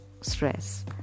stress